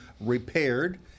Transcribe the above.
repaired